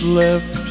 left